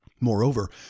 Moreover